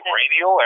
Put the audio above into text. radio